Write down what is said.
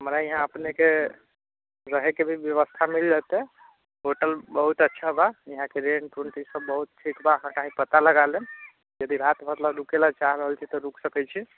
हमरा यहाँ अपनेके रहैके भी बेबस्था मिल जेतै होटल बहुत अच्छा बा यहाँके रेट उट ईसब बहुत ठीक बा अहाँ कहीँ पता लगा लेब यदि रात भरिलए रुकैलए चाहि रहल छी तऽ रुकि सकै छी